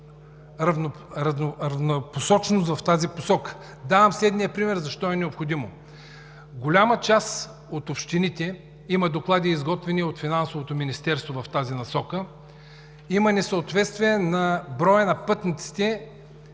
разнопосочност в тази посока. Давам следния пример защо е необходимо. В голяма част от общините – има изготвени доклади от Финансовото министерство, има несъответствие на броя на пътниците